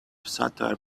satire